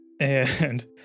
and-